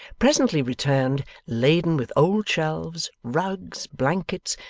presently returned, laden with old shelves, rugs, blankets,